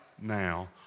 now